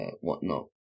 whatnot